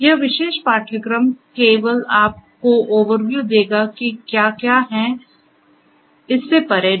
यह विशेष पाठ्यक्रम केवल आपको ओवरव्यू देगा कि क्या क्या है इससे परे नहीं